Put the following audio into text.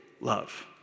love